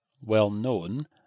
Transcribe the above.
well-known